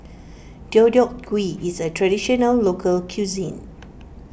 Deodeok Gui is a Traditional Local Cuisine